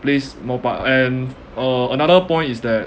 plays more part and a~ another point is that